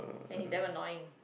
and he's damn annoying